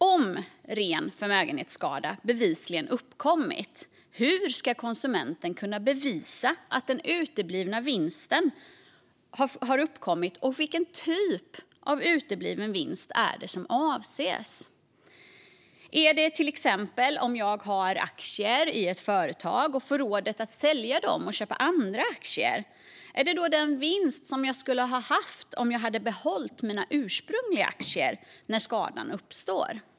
Om ren förmögenhetsskada bevisligen uppkommit, hur ska konsumenten kunna bevisa att den uteblivna vinsten uppkommit och vilken typ av utebliven vinst det är som avses? Om jag till exempel har aktier i ett företag och får rådet att sälja dem och köpa andra aktier, gäller det då den vinst jag skulle ha fått om jag hade haft kvar mina ursprungliga aktier när skadan uppstod?